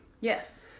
Yes